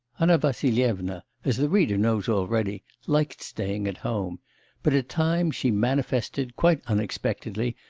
anna vassilyevna, as the reader knows already, liked staying at home but at times she manifested, quite unexpectedly,